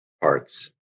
parts